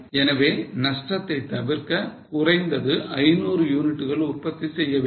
எனவே நஷ்டத்தை தவிர்க்க குறைந்தது 500 யூனிட்கள் உற்பத்தி செய்ய வேண்டும்